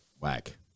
Whack